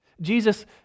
Jesus